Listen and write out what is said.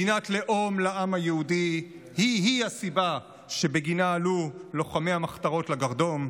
מדינת לאום לעם היהודי היא-היא הסיבה שבגינה עלו לוחמי המחתרות לגרדום,